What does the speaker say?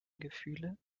gefühle